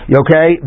okay